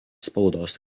spaudos